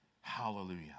Hallelujah